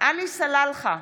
עלי סלאלחה,